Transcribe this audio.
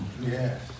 Yes